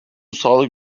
sağlık